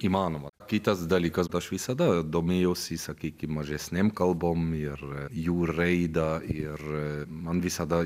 įmanoma kitas dalykas aš visada domėjausi sakykim mažesnėm kalbom ir jų raida ir man visada